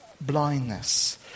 blindness